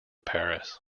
paris